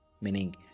Meaning